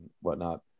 whatnot